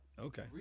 Okay